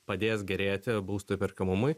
pradės gerėti būsto įperkamumui